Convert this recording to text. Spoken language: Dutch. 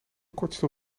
kortste